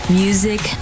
music